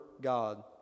God